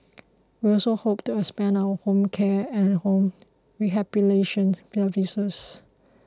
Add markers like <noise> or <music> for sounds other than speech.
we also hope to expand our home care and home <unintelligible> services